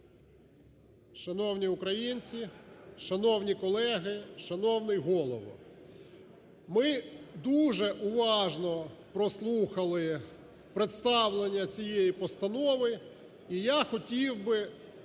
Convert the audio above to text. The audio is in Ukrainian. Шановні українці, шановні колеги, шановний Голово! Ми дуже уважно прослухали представлення цієї постанови. І я хотів би звернути